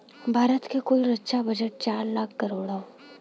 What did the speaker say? भारत क कुल रक्षा बजट चार लाख करोड़ हौ